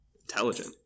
intelligent